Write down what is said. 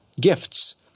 gifts